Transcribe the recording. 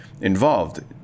involved